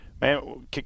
Man